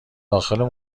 داخل